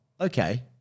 okay